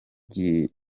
gihombo